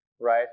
right